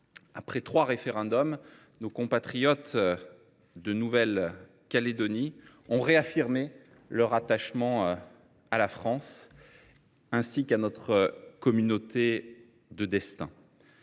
de trois référendums, nos compatriotes de Nouvelle Calédonie ont réaffirmé leur attachement à la France, ainsi qu’à notre communauté de destin.